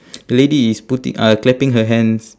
the lady is putti~ uh clapping her hands